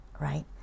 right